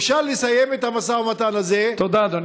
אפשר לסיים את המשא-ומתן הזה, תודה, אדוני.